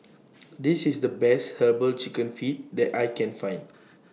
This IS The Best Herbal Chicken Feet that I Can Find